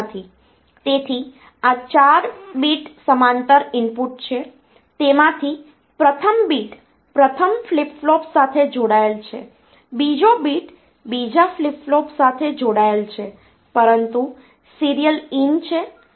તેથી આ 4 બીટ સમાંતર ઇનપુટ છે તેમાંથી પ્રથમ બીટ પ્રથમ ફ્લિપ ફ્લોપ સાથે જોડાયેલ છે બીજો બીટ બીજા ફ્લિપ ફ્લોપ સાથે જોડાયેલ છે પરંતુ સીરીયલ ઇન છે